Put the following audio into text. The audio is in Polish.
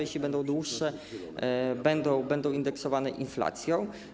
Jeśli będą dłuższe, będą indeksowane inflacją.